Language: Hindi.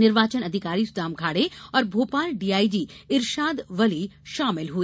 निर्वाचन अधिकारी सुदाम खाड़े और भोपाल डीआईजी इरशाद वली शामिल हुए